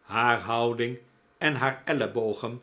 haar houding en haar ellebogen